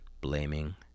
blaming